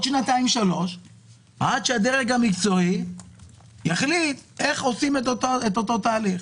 שנתיים שלוש עד שהדרג המקצועי יחליט איך עושים את אותו תהליך.